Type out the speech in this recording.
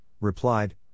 replied